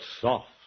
soft